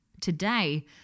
Today